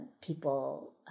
people